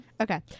okay